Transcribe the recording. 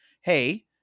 hey